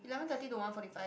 eleven thirty to one forty five